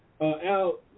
Al